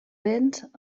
vents